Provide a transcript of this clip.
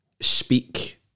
speak